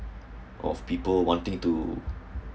of people wanting to